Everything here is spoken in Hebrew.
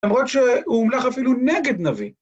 ‫למרות שהוא המלך אפילו נגד נביא.